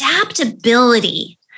adaptability